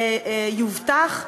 יובטחו,